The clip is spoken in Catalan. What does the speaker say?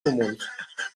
comuns